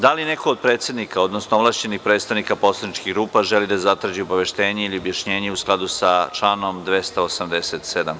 Da li neko od predsednika, odnosno ovlašćenih predstavnika poslaničkih grupa želi da zatraži obaveštenje ili objašnjenje, u skladu sa članom 287.